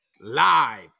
live